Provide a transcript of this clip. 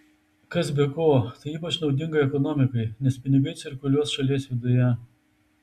kas be ko tai ypač naudinga ekonomikai nes pinigai cirkuliuos šalies viduje